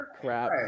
crap